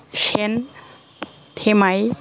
सेन थेमाय